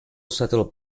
shuttle